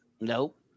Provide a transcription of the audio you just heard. Nope